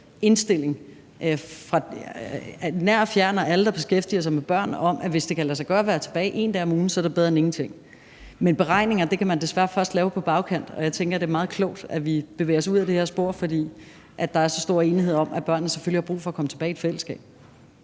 indstilling fra nær og fjern og alle, der beskæftiger sig med børn, om, at hvis det kan lade sig gøre at være tilbage én dag om ugen, så er det bedre end ingenting. Men beregninger kan man desværre først lave på bagkant, og jeg tænker, at det er meget klogt, at vi bevæger os ud ad det her spor, fordi der er så stor enighed om, at børnene selvfølgelig har brug for at komme tilbage i et fællesskab.